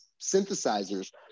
synthesizers